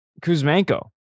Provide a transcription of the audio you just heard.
Kuzmenko